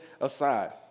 aside